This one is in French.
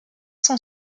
son